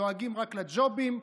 דואגים רק לג'ובים,